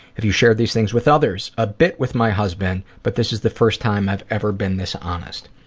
have you shared these things with others? a bit with my husband, but this is the first time i've ever been this honest.